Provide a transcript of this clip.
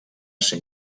ser